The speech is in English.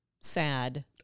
sad